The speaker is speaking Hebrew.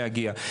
להגיע.